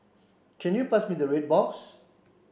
can you pass me the red box